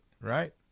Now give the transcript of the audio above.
right